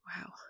Wow